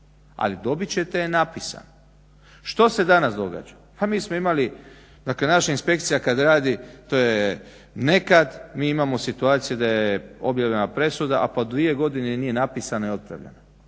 ali dobit ćete je napisanu. Što se danas događa? Pa mi smo imali, dakle naša inspekcija kad radi, to je nekad. Mi imamo situaciju da je objavljena presuda, a po dvije godine nije napisana i otpremljena.